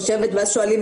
זה לא מובן מאליו